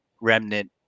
Remnant